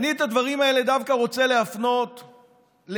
את הדברים האלה אני דווקא רוצה להפנות לידידיי,